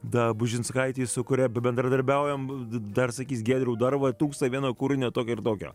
dabužinskaitei su kuria bendradarbiaujam dar sakys giedriau dar va trūksta vieno kūrinio tokio ir tokio